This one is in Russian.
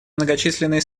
многочисленные